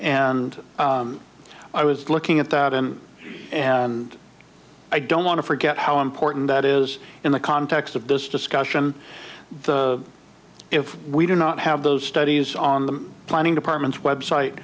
and i was looking at that and and i don't want to forget how important that is in the context of this discussion if we do not have those studies on the planning department's website